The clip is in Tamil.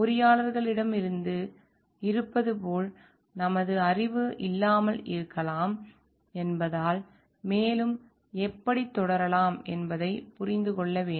பொறியாளர்களிடம் இருப்பது போல் நமக்கு கள அறிவு இல்லாமல் இருக்கலாம் என்பதால் மேலும் எப்படி தொடரலாம் என்பதைப் புரிந்து கொள்ள வேண்டும்